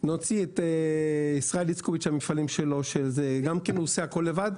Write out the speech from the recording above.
ונוציא את ישראל היקובץ', שגם עושה הכל לבד.